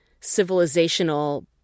civilizational